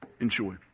Enjoy